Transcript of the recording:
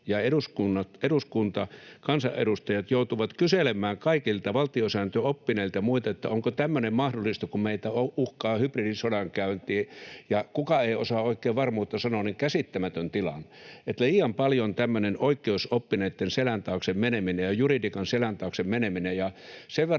poliitikot ja kansanedustajat joutuvat kyselemään kaikilta valtiosääntöoppineilta ja muilta, että onko tämmöinen mahdollista, kun meitä uhkaa hybridisodankäynti, ja kukaan ei osaa oikein varmuutta sanoa, niin se on käsittämätön tilanne. Liian paljon tämmöinen oikeusoppineitten selän taakse meneminen ja juridiikan selän taakse meneminen... Sen verran